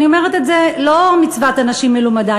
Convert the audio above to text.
אני אומרת את זה לא מצוות אנשים מלומדה,